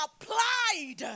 applied